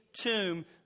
tomb